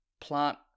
plant